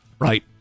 Right